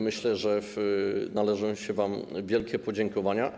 Myślę, że należą się wam wielkie podziękowania.